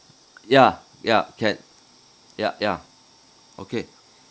ya ya can ya ya okay